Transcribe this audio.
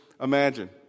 imagine